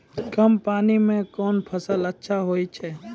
कम पानी म कोन फसल अच्छाहोय छै?